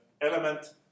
element